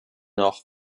noch